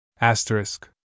Asterisk